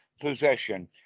possession